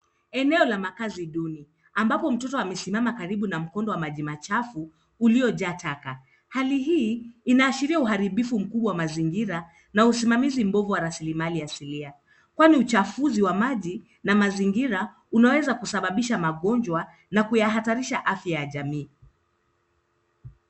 Eneo la makazi duni ambapo mtoto amesimama karibu na mkondo wa maji machafu iliojaa taka. Hali hii, inaashiria uharibifu mkubwa wa mazingira na usimamizi mbovu wa raslimali ya asili kwani uchafuzi wa maji na mazingira unaweza kusababisha magonjwa na kuyahatarisha afya ya jamii.